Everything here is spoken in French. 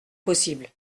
possible